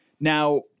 Now